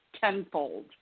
tenfold